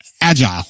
agile